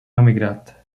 emigrat